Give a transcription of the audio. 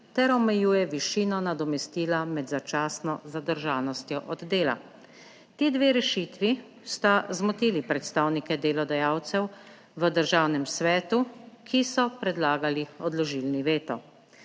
ter omejuje višino nadomestila med začasno zadržanostjo od dela. Ti dve rešitvi sta zmotili predstavnike delodajalcev v državnem svetu, ki so predlagali odložilni veto.